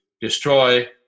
destroy